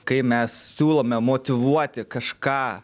kai mes siūlome motyvuoti kažką